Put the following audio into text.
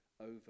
over